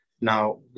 now